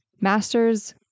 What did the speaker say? masters